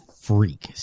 freak